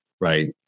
right